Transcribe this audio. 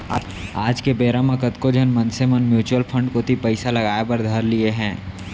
आज के बेरा म कतको झन मनसे मन म्युचुअल फंड कोती पइसा लगाय बर धर लिये हें